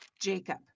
Jacob